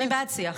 אני בעד שיח.